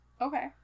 Okay